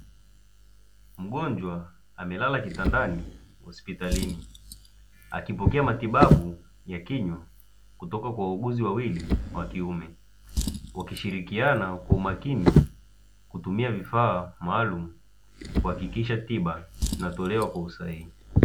Mgonjwa amelala kitandani hospitalini, akipokea matibabu ya kinywa kutoka kwa wauguzi wawili wa kiume, wakishirikiana kwa umakini kutumia vifaa maalumu kuhakikisha tiba inatolewa kwa usahihi.